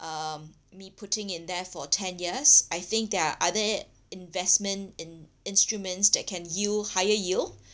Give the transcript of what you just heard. um me putting in there for ten years I think they are other investment in~ instruments that can yield higher yield